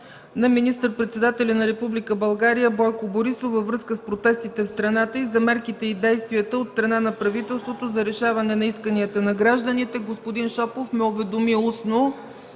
на министър-председателя на Република България Бойко Борисов във връзка с протестите в страната и за мерките и действията от страна на правителството за решаване на исканията на гражданите. Господин Шопов ме уведоми устно